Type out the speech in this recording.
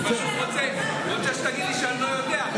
אני פשוט רוצה שתגיד לי שאני לא יודע.